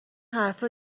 حرفا